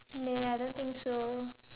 nah I don't think so